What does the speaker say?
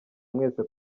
mwese